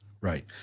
right